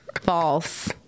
False